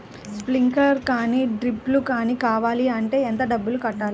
Sprinkler కానీ డ్రిప్లు కాని కావాలి అంటే ఎంత డబ్బులు కట్టాలి?